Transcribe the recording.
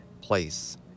place